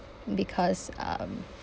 because um